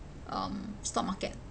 um stock market